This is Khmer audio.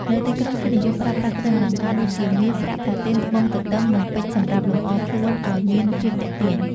នៅទីក្រុងគេនិយមប្រើប្រាស់គ្រឿងអលង្ការដូចជា មាស ប្រាក់ ផ្លាទីន ត្បូងទទឹម និងពេជ្រសម្រាប់លំអខ្លួនអោយមានភាពទាក់ទាញ។